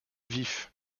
vif